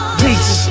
peace